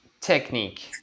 technique